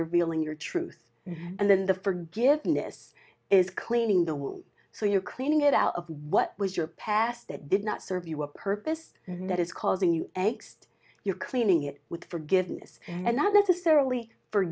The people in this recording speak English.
revealing your truth and then the forgiveness is cleaning the world so you're cleaning it out of what was your past that did not serve you a purpose that is causing you ext you're cleaning it with forgiveness and not necessarily for